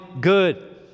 good